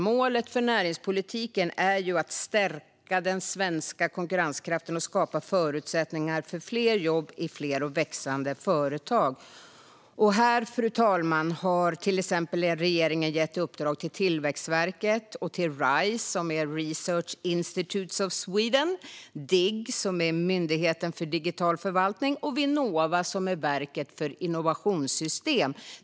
Målet för näringspolitiken är ju att stärka den svenska konkurrenskraften och skapa förutsättningar för fler jobb i fler och växande företag. Och här, fru talman, har regeringen till exempel gett uppdrag till Tillväxtverket, Rise, alltså Research Institutes of Sweden, Digg, alltså Myndigheten för digital förvaltning, och Vinnova, alltså Verket för innovationssystem.